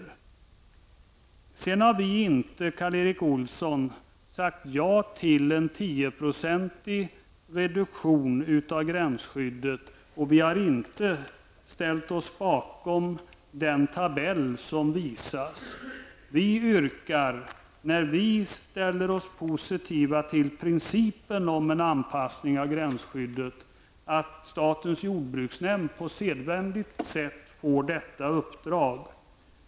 Vi i folkpartiet liberalerna har inte, Karl Erik Olsson, sagt ja till en tioprocentig reduktion av gränsskyddet och vi har inte ställt oss bakom den tabell som visats. Vi ställer oss positiva till principen om en anpassning av gränsskyddet, och vi yrkar att statens jordbruksnämnd på sedvanligt sätt skall få detta uppdrag.